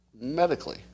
medically